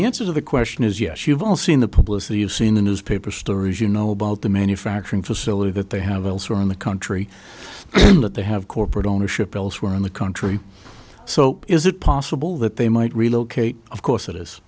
answer to the question is yes you've all seen the publicity you see in the newspaper stories you know about the manufacturing facility that they have elsewhere in the country that they have corporate ownership elsewhere in the country so is it possible that they might relocate of course it is